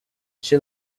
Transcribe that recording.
she